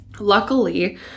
luckily